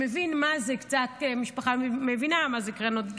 שמבינה קצת מה זה קרנות גמל,